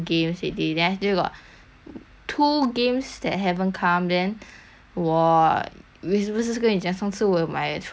o~ two games that that haven't come then 我以下总次我有买 from japan 那个东西